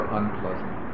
unpleasant